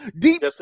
Deep